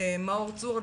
מאור צור,